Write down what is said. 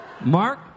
Mark